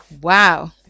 Wow